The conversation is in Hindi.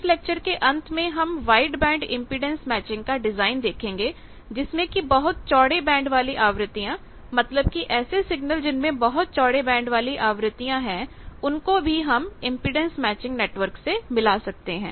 इस लेक्चर के अंत में हम वाइड बैंड इंपेडेंस मैचिंग का डिजाइन देखेंगे जिसमें की बहुत चौड़े बैंड वाली आवृत्तियां मतलब कि ऐसे सिग्नल जिनमें बहुत चौड़े बैंड वाली आवृत्तियां है उनको भी हम इंपेडेंस मैचिंग नेटवर्क से मिला सकते हैं